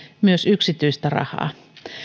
myös yksityistä rahaa